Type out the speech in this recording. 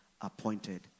appointed